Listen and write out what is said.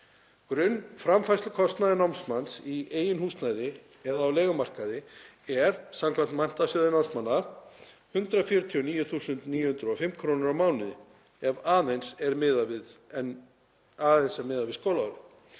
Grunnframfærslukostnaður námsmanns í eigin húsnæði eða á leigumarkaði er samkvæmt Menntasjóði námsmanna 149.905 kr. á mánuði. Aðeins er miðað við skólaárið.